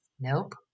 Nope